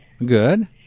Good